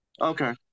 okay